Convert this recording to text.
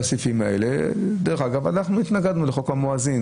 דרך אגב, אנחנו התנגדנו לחוק המואזין